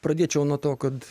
pradėčiau nuo to kad